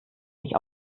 sich